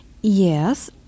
Yes